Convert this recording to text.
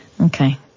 Okay